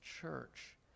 church